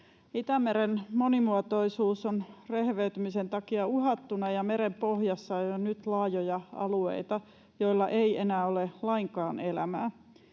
Itämeren monimuotoisuus on rehevöitymisen takia uhattuna, ja merenpohjassa on jo nyt laajoja alueita, joilla ei enää ole lainkaan elämää.